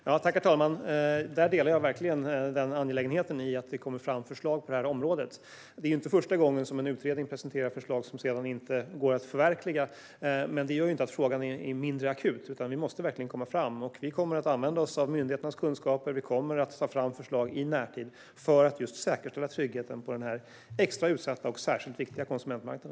Herr talman! Jag delar verkligen uppfattningen att det är angeläget att det kommer fram förslag på detta område. Det är inte första gången som en utredning presenterar förslag som sedan inte går att förverkliga. Men det gör inte att frågan är mindre akut, utan vi måste verkligen komma framåt. Vi kommer att använda oss av myndigheternas kunskap, och vi kommer att ta fram förslag i närtid för att just säkerställa tryggheten på denna extra utsatta och särskilt viktiga konsumentmarknad.